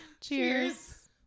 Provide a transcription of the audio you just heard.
Cheers